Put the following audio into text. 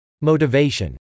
Motivation